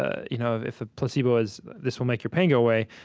ah you know if if a placebo is this will make your pain go away,